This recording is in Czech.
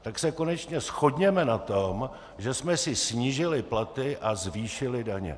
Tak se konečně shodněme na tom, že jsme si snížili platy a zvýšili daně.